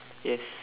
yes